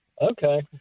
Okay